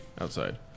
outside